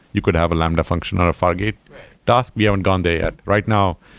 you could have a lambda function on a fargate task. we haven't gone there yet. right now,